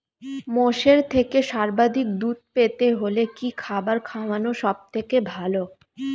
মোষের থেকে সর্বাধিক দুধ পেতে হলে কি খাবার খাওয়ানো সবথেকে ভালো?